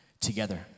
together